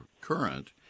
current